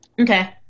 Okay